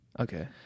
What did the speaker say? Okay